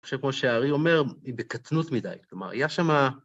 אני חושב, כמו שהאר"י אומר, היא בקטנות מדי, כלומר, היה שם...